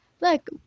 look